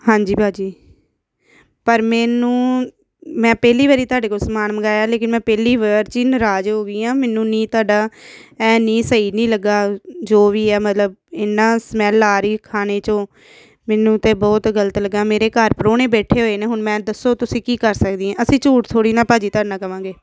ਹਾਂਜੀ ਭਾਅ ਜੀ ਪਰ ਮੈਨੂੰ ਮੈਂ ਪਹਿਲੀ ਵਾਰ ਤੁਹਾਡੇ ਕੋਲ ਸਮਾਨ ਮੰਗਵਾਇਆ ਲੇਕਿਨ ਮੈਂ ਪਹਿਲੀ ਵਾਰ 'ਚ ਨਰਾਜ਼ ਹੋ ਗਈ ਹਾਂ ਮੈਨੂੰ ਨਹੀਂ ਤੁਹਾਡਾ ਇਹ ਨਹੀਂ ਸਹੀ ਨਹੀਂ ਲੱਗਾ ਜੋ ਵੀ ਆ ਮਤਲਬ ਇੰਨਾ ਸਮੈਲ ਆ ਰਹੀ ਖਾਣੇ ਚੋਂ ਮੈਨੂੰ ਤਾਂ ਬਹੁਤ ਗਲਤ ਲੱਗਾ ਮੇਰੇ ਘਰ ਪ੍ਰਾਹੁਣੇ ਬੈਠੇ ਹੋਏ ਨੇ ਹੁਣ ਮੈਂ ਦੱਸੋ ਤੁਸੀਂ ਕੀ ਕਰ ਸਕਦੀ ਹੈ ਅਸੀਂ ਝੂਠ ਥੋੜ੍ਹੀ ਨਾ ਭਾਅ ਜੀ ਤੁਹਾਡੇ ਨਾਲ ਕਹਾਂਗੇ